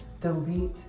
delete